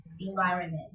environment